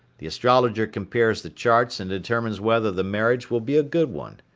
the astrologer compares the charts and determines whether the marriage will be a good one.